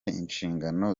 inshingano